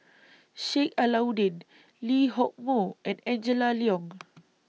Sheik Alau'ddin Lee Hock Moh and Angela Liong